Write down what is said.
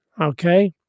Okay